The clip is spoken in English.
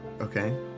Okay